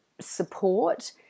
support